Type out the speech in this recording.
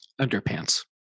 Underpants